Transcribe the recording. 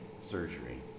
surgery